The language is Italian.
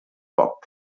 pop